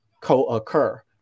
co-occur